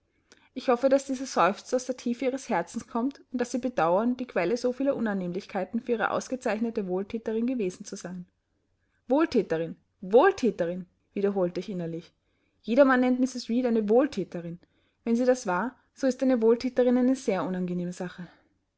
ich hoffe daß dieser seufzer aus der tiefe ihres herzens kommt und daß sie bedauern die quelle so vieler unannehmlichkeiten für ihre ausgezeichnete wohlthäterin gewesen zu sein wohlthäterin wohlthäterin wiederholte ich innerlich jedermann nennt mrs reed eine wohlthäterin wenn sie das war so ist eine wohlthäterin eine sehr unangenehme sache